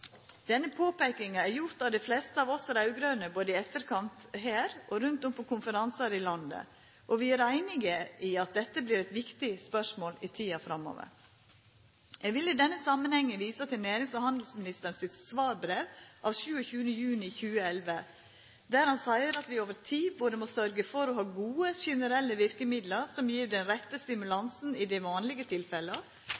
Denne påpeikinga er gjort av dei fleste av oss raud-grøne både i etterkant her og rundt om i landet på konferansar. Vi er einig i at dette vert eit viktig spørsmål i tida framover. Eg vil i denne samanhengen vise til nærings- og handelsministeren sitt svarbrev av 27. juni 2011, der han seier at vi over tid både må sørgja for å ha gode generelle virkemidlar som gjev den rette